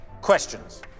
questions